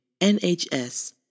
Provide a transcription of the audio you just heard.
NHS